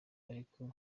ariko